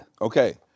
Okay